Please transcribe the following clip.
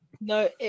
No